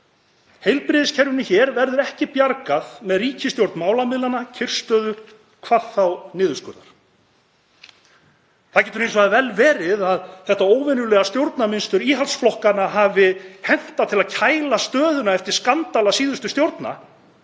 Heilbrigðiskerfinu hér verður ekki bjargað með ríkisstjórn málamiðlana, kyrrstöðu, hvað þá niðurskurðar. Það getur hins vegar vel verið að þetta óvenjulega stjórnarmynstur íhaldsflokkanna hafi hentað til að kæla stöðuna eftir skandala síðustu stjórna